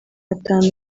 atanu